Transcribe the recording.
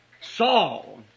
Saul